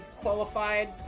qualified